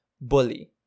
bully